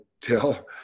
tell